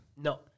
No